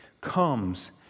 comes